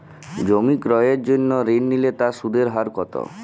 জমি ক্রয়ের জন্য ঋণ নিলে তার সুদের হার কতো?